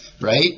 right